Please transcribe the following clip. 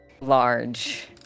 large